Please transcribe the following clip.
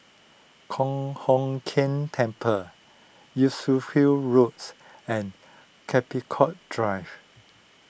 Kong Hock Keng Temple Roads and Capricorn Drive